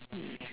mm